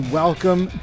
welcome